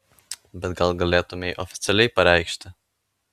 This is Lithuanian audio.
bet gal galėtumei oficialiai pareikšti